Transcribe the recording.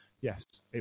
Yes